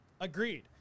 Agreed